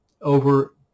over